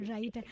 Right